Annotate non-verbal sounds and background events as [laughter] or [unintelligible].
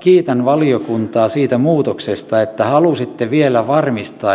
kiitän valiokuntaa siitä muutoksesta että halusitte vielä varmistaa [unintelligible]